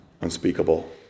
unspeakable